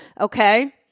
Okay